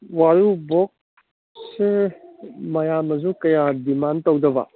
ꯋꯥꯔꯨꯕꯣꯛꯁꯦ ꯃꯌꯥꯝꯅꯁꯨ ꯀꯌꯥ ꯗꯤꯃꯥꯟ ꯇꯧꯗꯕ